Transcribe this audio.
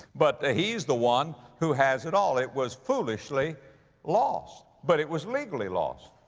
but he's the one who has it all. it was foolishly lost. but it was legally lost.